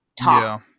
talk